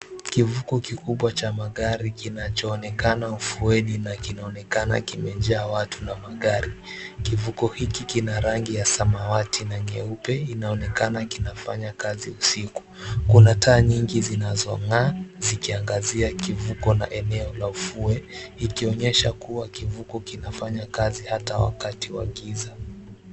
Kivuko kikubwa cha magari kinachoonekana ufueni na kinaonekana kimejaa watu na magari. Kivuko hiki kina rangi ya samawati na nyeupe inaonekana kinafanya kazi usiku. Kuna taa nyingi zinazong'aaa zikiangazia kivuko na eneo la ufue, likionyesha kuwa kivuko kinafanya kazi hata wakati wa giza.